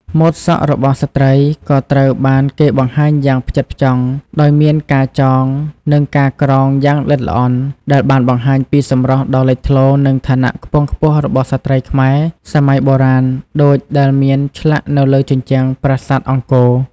ម៉ូដសក់របស់ស្ត្រីក៏ត្រូវបានគេបង្ហាញយ៉ាងផ្ចិតផ្ចង់ ដោយមានការចង និងការក្រងយ៉ាងល្អិតល្អន់ ដែលបានបង្ហាញពីសម្រស់ដ៏លេចធ្លោ និងឋានៈខ្ពង់ខ្ពស់របស់ស្ត្រីខ្មែរសម័យបុរាណដូចដែលមានឆ្លាក់នៅលើជញ្ជាំងប្រាសាទអង្គរ។